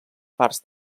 parts